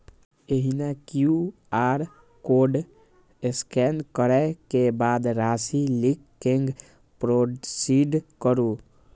एहिना QR code scan करै के बाद राशि लिख कें प्रोसीड करू